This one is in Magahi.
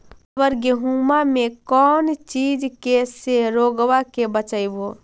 अबर गेहुमा मे कौन चीज के से रोग्बा के बचयभो?